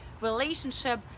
relationship